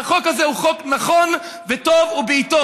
והחוק הזה הוא חוק נכון וטוב ובעיתו.